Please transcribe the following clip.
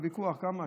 היה ויכוח כמה,